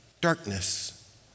darkness